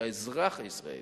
שהאזרח הישראלי,